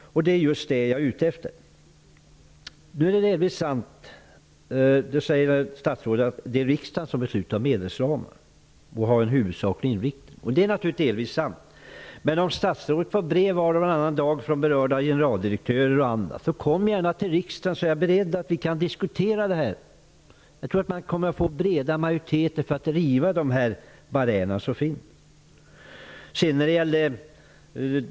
Det är just detta jag är ute efter. Statsrådet säger att det är riksdagen som beslutar om medelsramar och den huvudsakliga inriktningen för dem. Det är delvis sant. Men om statsrådet får brev från generaldirektörer och andra berörda går det bra att vända sig till riksdagen. Vi är beredda att diskutera frågorna. Då kan det bli breda majoriteter för att riva barriärerna.